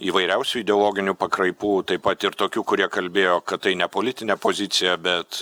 įvairiausių ideologinių pakraipų taip pat ir tokių kurie kalbėjo kad tai ne politinė pozicija bet